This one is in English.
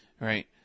Right